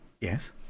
Yes